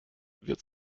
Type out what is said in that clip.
wird